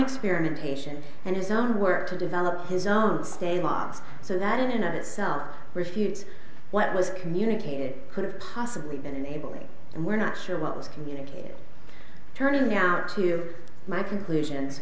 experimentation and his own work to develop his own state laws so that in itself refutes what was communicated could have possibly been enabling and we're not sure what was communicated turning out to you my conclusions